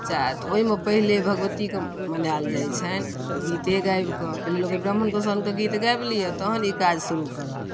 चाहे तऽ ओइमे पहिले भगवतीके मनायल जइ छनि तऽ ओ गीते गाबिकऽ पहिले लोक कहै ब्राह्मण गोसाओनके गीत गाबि लिअ तहन ई काज शुरू करब